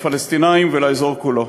לפלסטינים ולאזור כולו.